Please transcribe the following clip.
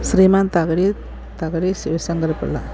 Shriman Thakazhi Thakazhi Sivasankara Pillai